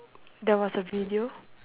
there was a video